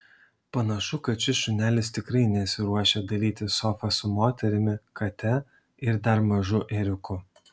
panašu kad šis šunelis tikrai nesiruošia dalytis sofa su moterimi kate ir dar mažu ėriuku